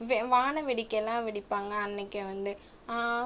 வே வானவேடிக்கைலாம் வெடிப்பாங்க அன்றைக்கி வந்து